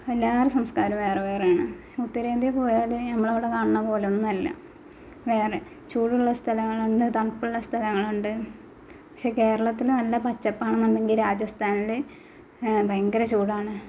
എല്ലാറെ സംസ്കാരവും വേറെ വേറെ ആണ് ഉത്തരേന്ത്യയിൽ പോയാൽ നമ്മൾ അവിടെ കാണുന്ന പോലെ ഒന്നും അല്ല വേറെ ചൂടുള്ള സ്ഥലങ്ങളുണ്ട് തണുപ്പുള്ള സ്ഥലങ്ങളുണ്ട് പക്ഷെ കേരളത്തിൽ നല്ല പച്ചപ്പ് ആണെന്നുണ്ടെങ്കിൽ രാജസ്ഥാനിൽ ഭയങ്കര ചൂടാണ്